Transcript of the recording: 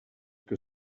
que